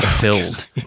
Filled